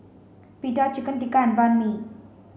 Pita Chicken Tikka and Banh Mi